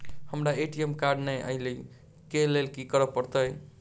हमरा ATM card नै अई लई केँ लेल की करऽ पड़त?